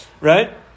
Right